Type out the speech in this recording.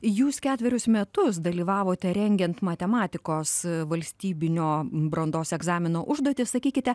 jūs ketverius metus dalyvavote rengiant matematikos valstybinio brandos egzamino užduotis sakykite